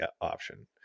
option